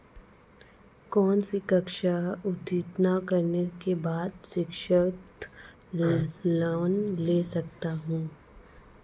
कौनसी कक्षा उत्तीर्ण करने के बाद शिक्षित लोंन ले सकता हूं?